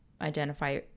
identify